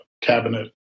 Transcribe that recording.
cabinet